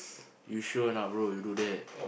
you sure or not bro you do that